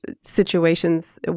situations